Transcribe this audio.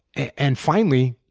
and finally,